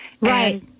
Right